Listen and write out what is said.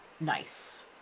nice